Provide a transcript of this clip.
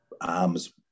arms